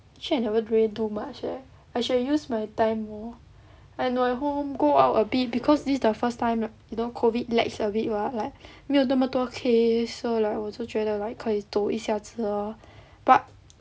actually I never really do much eh I should have use my time more I nua at home go out a bit because this is the first time you know COVID lax a bit [what] like 没有这么多 case so like 我就觉得 like 可以兜一下子 lor but